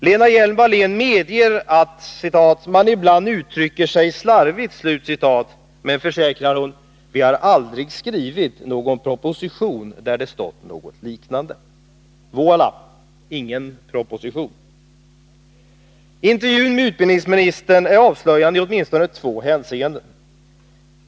Lena Hjelm-Wallén medger att ”man ibland uttrycker sig slarvigt”. Men, försäkrar hon, ”vi har aldrig skrivit någon proposition där det stått något liknande”. Voilå: ingen proposition! Intervjun med utbildningsministern är avslöjande i åtminstone två hänseenden.